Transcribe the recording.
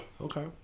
okay